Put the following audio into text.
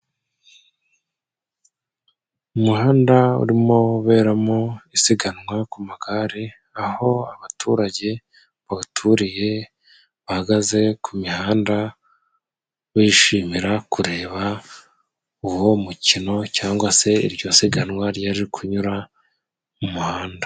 Umuhanda urimo uberamo isiganwa ku magare aho abaturage bawuturiye bahagaze ku mihanda bishimira kureba uwo mukino cyangwa se iryo siganwa ryaje kunyura mu muhanda.